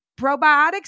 probiotics